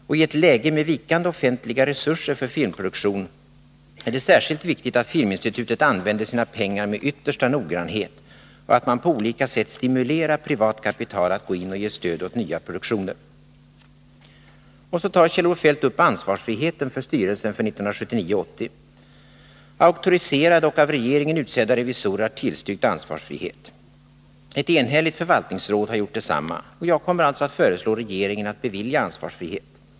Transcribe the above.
Och i ett läge med vikande offentliga resurser för filmproduktion är det särskilt viktigt att Nr 129 Filminstitutet använder sina pengar med yttersta noggrannhet och att man på Måndagen den olika sätt stimulerar privat kapital att gå in och ge stöd åt nya produktio 4 maj 1981 Kjell-Olof Feldt tar också upp ansvarsfriheten för styrelsen för 1979/80. Om Svenska film Auktoriserade och av regeringen utsedda revisorer har tillstyrkt ansvarsfrihet. Ett enhälligt förvaltningsråd har gjort detsamma. Och jag kommer alltså att föreslå regeringen att bevilja ansvarsfrihet.